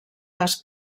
les